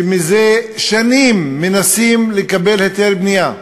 שזה שנים מנסים לקבל היתר בנייה,